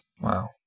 Wow